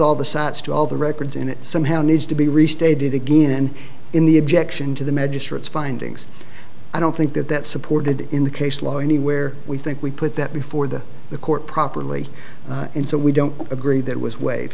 all the sats to all the records in it somehow needs to be restated again in the objection to the magistrates findings i don't think that that supported in the case law anywhere we think we put that before the the court properly and so we don't agree that was wa